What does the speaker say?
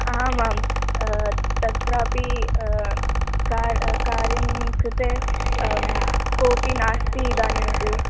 आमां तत्रापि कार्यं कार्यं कृते कोऽपि नास्ति इदानीं तु